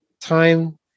time